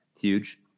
Huge